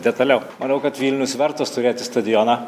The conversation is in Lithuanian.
detaliau manau kad vilnius vertas turėti stadioną